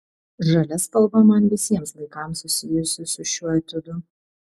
žalia spalva man visiems laikams susijusi su šiuo etiudu